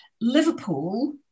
Liverpool